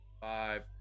Five